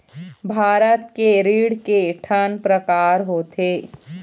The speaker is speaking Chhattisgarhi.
भारत के ऋण के ठन प्रकार होथे?